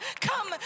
come